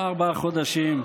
ארבעה חודשים.